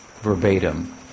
verbatim